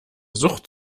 sucht